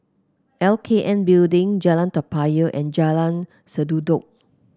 L K N Building Jalan Toa Payoh and Jalan Sendudok